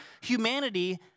humanity